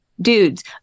dudes